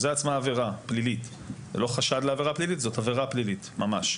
זו עבירה פלילית, לא חשד, אלא עבירה ממשית.